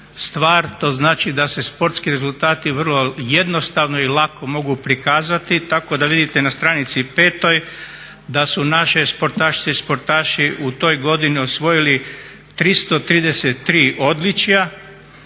stvar, to znači da se sportski rezultati vrlo jednostavno i lako mogu prikazati tako da vidite na stranici 5.da su naše sportašice i sportaši u toj godini osvojili 333 odličja